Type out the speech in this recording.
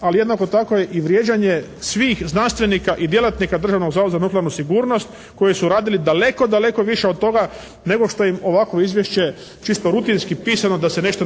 ali jednako tako je i vrijeđanje svih znanstvenika i djelatnika Državnog zavoda za nuklearnu sigurnost koji su radili daleko, daleko više od toga nego što im ovakvo izvješće čisto rutinski pisano da se nešto